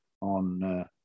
on